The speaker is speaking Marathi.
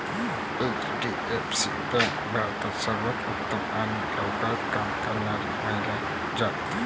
एच.डी.एफ.सी बँक भारतात सर्वांत उत्तम आणि लवकर काम करणारी मानली जाते